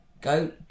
Go